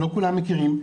לא כולם מכירים,